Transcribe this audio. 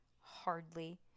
Hardly